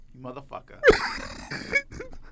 Motherfucker